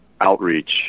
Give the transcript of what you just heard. outreach